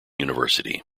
university